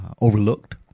overlooked